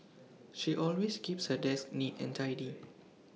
she always keeps her desk neat and tidy